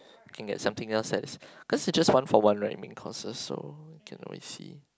can get something else as cause it's just one for one right main courses so we can always see